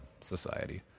society